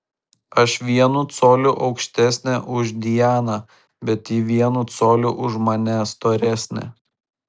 aš vienu coliu aukštesnė už dianą bet ji vienu coliu už mane storesnė